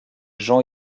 jean